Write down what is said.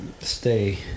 stay